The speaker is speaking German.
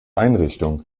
einrichtung